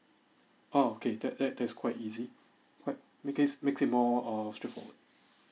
oh okay that that that's quite easy quite makes is make it err straight forward